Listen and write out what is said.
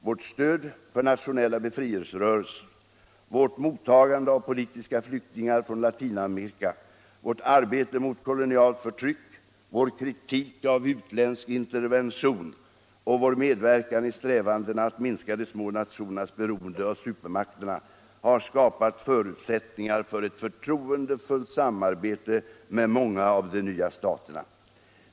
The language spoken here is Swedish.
Vårt stöd för nationella befrielserörelser, vårt mottagande av och valutapolitisk debatt politiska flyktingar från Latinamerika, vårt arbete mot kolonialt förtryck, vår kritik av utländsk intervention och vår medverkan i strävandena att minska de små nationernas beroende av supermakterna har skapat förutsättningar för ett förtroendefullt samarbete med många av de nya staterna.